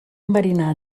enverinar